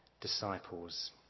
disciples